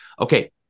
Okay